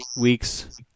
weeks